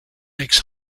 makes